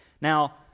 Now